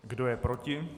Kdo je proti?